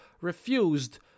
refused